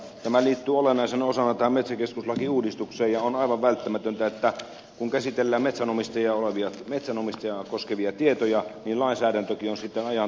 tämä liittyy olennaisena osana tähän metsäkeskuslakiuudistukseen ja on aivan välttämätöntä että kun käsitellään metsänomistajaa koskevia tietoja lainsäädäntökin on sitten ajan tasalla